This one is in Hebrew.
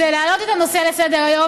זה להעלות את הנושא לסדר-היום,